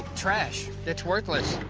trash. it's worthless.